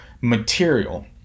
material